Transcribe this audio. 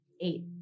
Eight